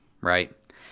right